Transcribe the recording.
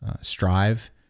strive